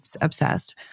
obsessed